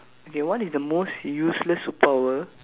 okay what is the most useless superpower